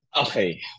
okay